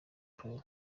paul